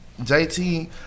jt